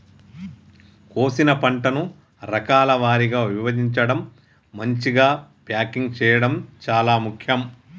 కోసిన పంటను రకాల వారీగా విభజించడం, మంచిగ ప్యాకింగ్ చేయడం చాలా ముఖ్యం